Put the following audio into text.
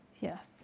yes